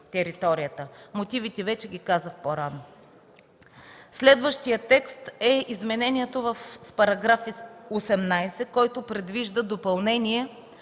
Мотивите ги казах по-рано. Следващият текст е изменението в § 18, който предвижда допълнение